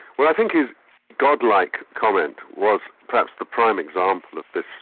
well i think his godlike comment was perhaps the prime example of but